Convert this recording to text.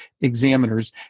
Examiners